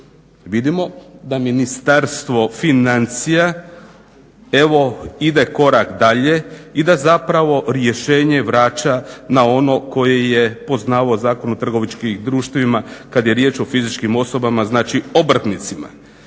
Vidimo da Ministarstvo financija evo ide korak dalje i da zapravo rješenje vraća na ono koje je poznavao Zakon o trgovačkim društvima kada je riječ o fizičkim osobama, znači obrtnicima.